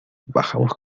bajamos